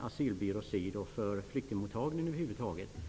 Asylbyrå syd och för flyktingmottagningen över huvud taget.